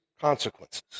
consequences